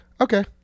Okay